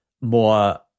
more